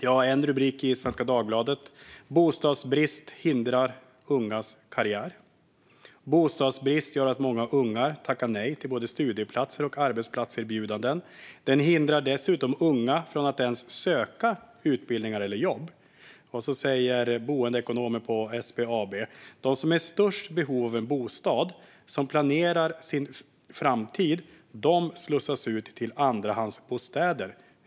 I en artikel i Svenska Dagbladet med rubriken "Bostadsbrist hindrar ungas karriär" står det att "bostadsbrist gör att många unga tackar nej till studieplatser och arbetserbjudanden. Den hindrar dessutom unga från att ens söka utbildningar eller jobb". En boendeekonom på SBAB säger i artikeln: "De som är i störst behov av en bostad, som planerar sin framtid - de slussas ut till andrahandsbostäder.